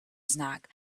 snack